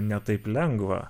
ne taip lengva